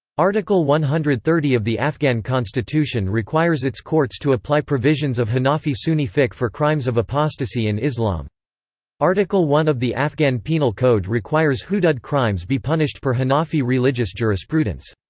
article one hundred and thirty of the afghan constitution requires its courts to apply provisions of hanafi sunni fiqh for crimes of apostasy in islam article one of the afghan penal code requires hudud crimes be punished per hanafi religious jurisprudence.